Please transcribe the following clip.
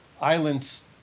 islands